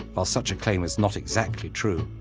while such a claim is not exactly true,